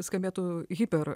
skambėtų hyper